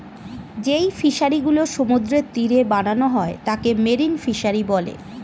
যেই ফিশারি গুলো সমুদ্রের তীরে বানানো হয় তাকে মেরিন ফিসারী বলে